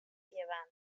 llevant